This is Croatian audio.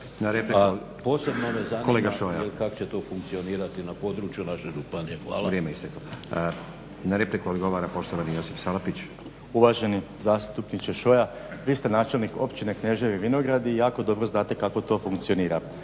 Na repliku odgovara poštovani Josip Salapić. **Salapić, Josip (HDSSB)** Uvaženi zastupniče Šoja, vi ste načelnik općine Kneževi Vinogradi i jako dobro znate kako to dobro funkcionira,